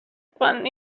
quan